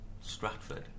Stratford